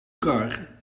kar